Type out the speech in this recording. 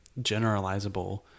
generalizable